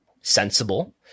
sensible